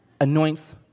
anoints